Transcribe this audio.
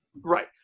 Right